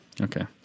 okay